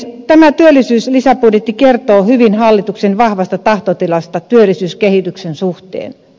tämä työllisyyslisäbudjetti kertoo hyvin hallituksen vahvasta tahtotilasta työllisyyskehityksen suhteen